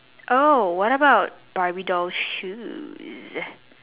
oh what about barbie doll shoes